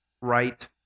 right